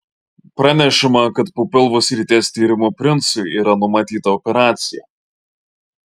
pranešama kad po pilvo srities tyrimų princui yra numatyta operacija